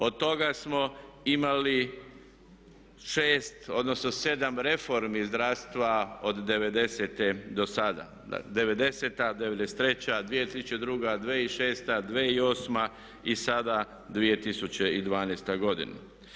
Od toga smo imali 6 odnosno 7 reformi zdravstva od devedesete do sada. '90., '93., 2002., 2006., 2008. i sada 2012. godina.